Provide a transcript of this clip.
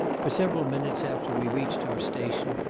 for several minutes after we reached our station,